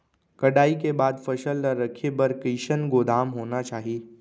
कटाई के बाद फसल ला रखे बर कईसन गोदाम होना चाही?